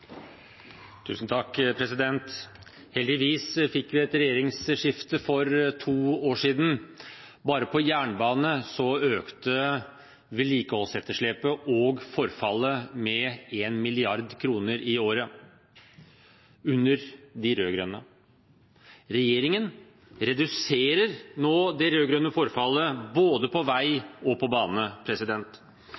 Heldigvis fikk vi et regjeringsskifte for to år siden. Bare på jernbane økte vedlikeholdsetterslepet og forfallet med 1 mrd. kr i året under de rød-grønne. Regjeringen reduserer nå det rød-grønne forfallet både på vei og på bane.